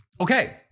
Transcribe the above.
Okay